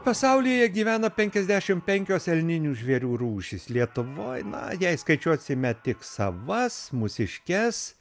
pasauly gyvena penkiasdešim penkios elninių žvėrių rūšys lietuvoj na jei skaičiuosime tik savas mūsiškes